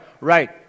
Right